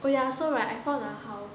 oh yeah so right I found a house